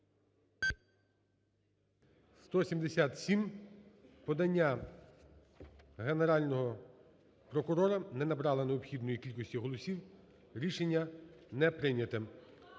За-177 Подання Генерального прокурора не набрала необхідної кількості голосів. Рішення не прийнято.